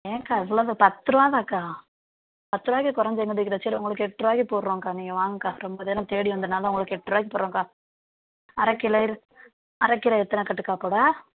ஏன்க்கா இவ்ளோ பத்துருபாதான்க்கா பத்துருபாக்கி கொறைஞ்சு சரி உங்களுக்கு எட்ருபாக்கி போடுறோம்க்கா நீங்கள் வாங்கக்கா ரொம்ப நேரம் தேடி வந்ததனால உங்களுக்கு எட்ருபாக்கி போடுறோம் அக்கா அரை கீரை அரை கீரை எத்தனை கட்டுக்கா போட